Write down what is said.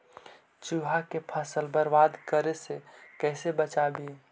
चुहा के फसल बर्बाद करे से कैसे बचाबी?